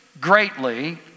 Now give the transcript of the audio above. greatly